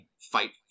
fight